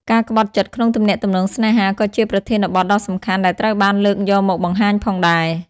ការក្បត់ចិត្តក្នុងទំនាក់ទំនងស្នេហាក៏ជាប្រធានបទដ៏សំខាន់ដែលត្រូវបានលើកយកមកបង្ហាញផងដែរ។